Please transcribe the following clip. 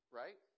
right